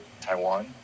Taiwan